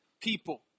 people